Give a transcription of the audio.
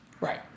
Right